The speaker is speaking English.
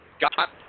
got